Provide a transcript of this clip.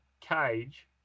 cage